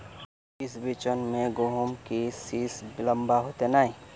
ई बिचन में गहुम के सीस लम्बा होते नय?